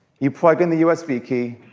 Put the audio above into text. you plug in the usb key.